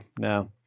no